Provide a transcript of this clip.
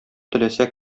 теләсә